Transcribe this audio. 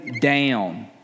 down